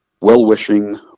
well-wishing